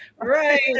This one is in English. Right